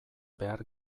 behar